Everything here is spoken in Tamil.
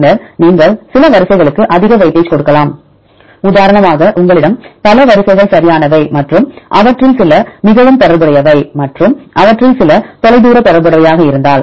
பின்னர் நீங்கள் சில வரிசைகளுக்கு அதிக வெயிட்டேஜ் கொடுக்கலாம் உதாரணமாக உங்களிடம் பல வரிசைகள் சரியானவை மற்றும் அவற்றில் சில மிகவும் தொடர்புடையவை மற்றும் அவற்றில் சில தொலைதூர தொடர்புடையவையாக இருந்தால்